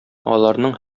аларның